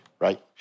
Right